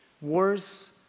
Wars